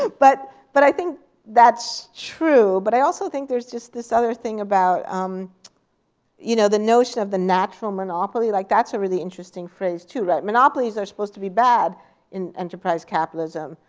but but i think that's true. but i also think there's just this other thing about um you know the notion of the natural monopoly, like, that's a really interesting phrase, too. read monopolies are supposed to be bad in enterprise capitalism.